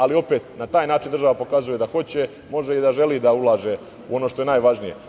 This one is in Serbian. Ali, opet, na taj način država pokazuje da hoće, može i da želi da ulaže u ono što najvažnije.